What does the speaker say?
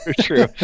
true